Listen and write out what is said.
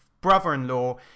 brother-in-law